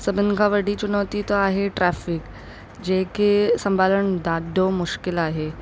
सभिनि खां वॾी चुनौती त आहे ट्रैफिक जंहिंखे सम्भालणु ॾाढो मुश्किलु आहे